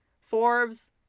Forbes